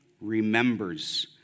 remembers